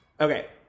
Okay